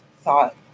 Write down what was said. thought